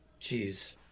Jeez